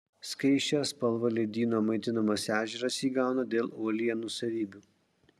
skaisčią spalvą ledyno maitinamas ežeras įgauna dėl uolienų savybių